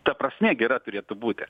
ta prasme gera turėtų būti